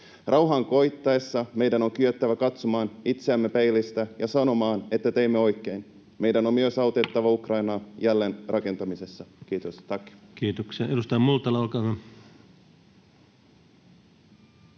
Rauhan koittaessa meidän on kyettävä katsomaan itseämme peilistä ja sanomaan, että teimme oikein. Meidän on myös autettava Ukrainaa jälleenrakentamisessa. — Kiitos, tack.